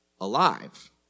alive